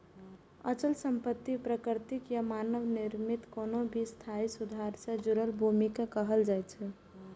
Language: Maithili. अचल संपत्ति प्राकृतिक या मानव निर्मित कोनो भी स्थायी सुधार सं जुड़ल भूमि कें कहल जाइ छै